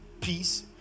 peace